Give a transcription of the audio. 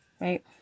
right